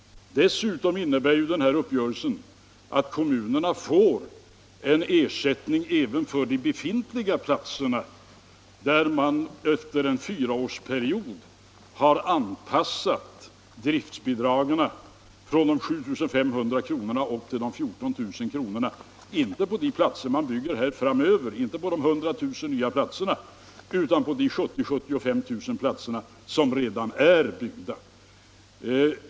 Dessutom innebär uppgörelsen att kommunerna får en ersättning även för de befintliga platserna när man efter en fyraårsperiod anpassat driftbidraget från 7 500 kr. upp till 14 500 kr., och detta gäller alltså inte de 100 000 nya platserna utan de 70 000-75 000 platser som redan är byggda.